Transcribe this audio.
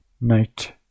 Knight